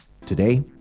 Today